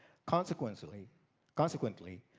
consequently consequently,